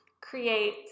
create